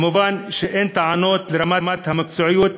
מובן שאין טענות על רמת המקצועיות